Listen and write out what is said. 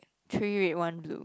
three red one blue